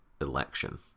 election